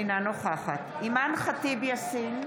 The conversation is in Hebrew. אינה נוכחת אימאן ח'טיב יאסין,